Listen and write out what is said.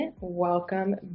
Welcome